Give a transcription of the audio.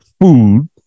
food